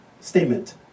Statement